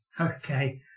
Okay